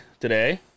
today